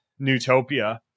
Newtopia